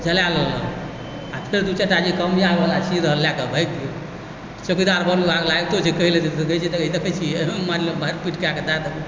जला लेलक आओर फेर दू चारिटा जे कम रहल लए कऽ भागि गेल चौकीदार वन विभागवला अबितो छै कहै लए तऽ कहै छै देखै छही एहन मारि पीट कए धए देबौ